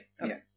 Okay